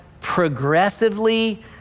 progressively